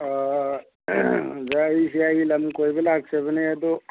ꯑꯣꯖꯥ ꯑꯩꯁꯦ ꯑꯩ ꯂꯝ ꯀꯣꯏꯕ ꯂꯥꯛꯆꯕꯅꯦ ꯑꯗꯣ